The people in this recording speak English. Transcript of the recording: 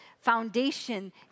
foundation